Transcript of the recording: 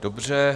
Dobře.